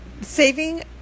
saving